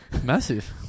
massive